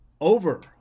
over